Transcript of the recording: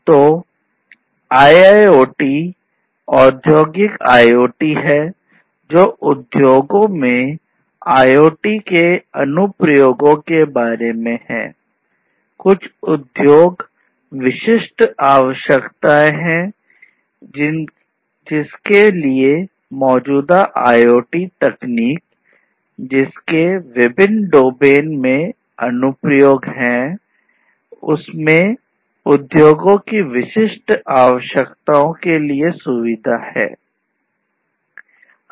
तो IIoT औद्योगिक IoT है जो उद्योगों में IoT के अनुप्रयोगों में उद्योगों की विशिष्ट आवश्यकताओं के लिए सुविधा है